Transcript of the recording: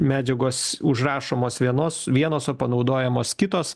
medžiagos užrašomos vienos vienos o panaudojamos kitos